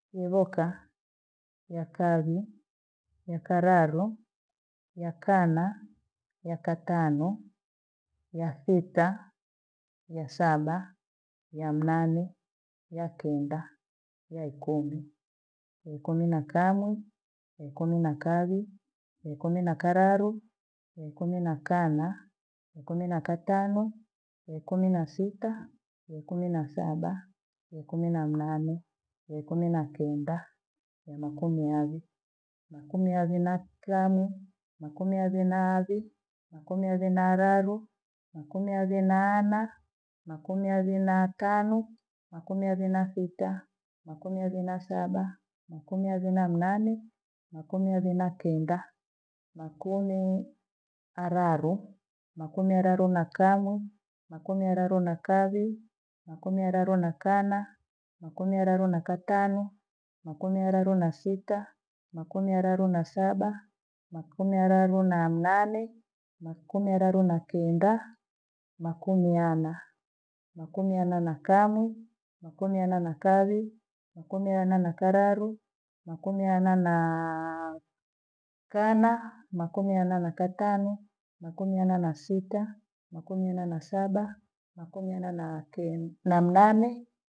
Yevoka, ya kavi, ya kararu, ya kana, ya katanu, ya sita, ya saba, ya mnane, ya kenda, ya ikumi. Ya ikumi na kamwe, yaikumi na kavi, ya ikumi na kararu, ya ikumi na kana, ikumi na katanu, ikumi na sita, ikumi na saba, ikumi na mnane, ikumi na kenda na makumi avi. Makumi avi na kamwe, kumi avi na avi, makumi avi na nararu, makumi avi na naana, makumi avi na tanu, makumi avi na sita, makumi avi na saba, makumi avi na mnane, makumi avi na kenda, makumi araru. Makumi araru na kamwe, makumi araru na kavi, makumi araru na kana, makumi araru na katano, makumi araru na sita, makumi araru na saba, makumi araru na mmane, makumi araru na kenda, makumiana. Makumiana na kamwi. Makumiana na kavi. Makumiana na kararu. Makumiana na- naa kana. Makumiana na katano. Makumiana na sita. Makumiana na saba. Makumiana na ke- namnane.